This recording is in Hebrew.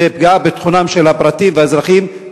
זו פגיעה בביטחונם הפרטי ובאזרחים,